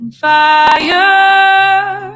fire